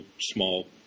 small